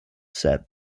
set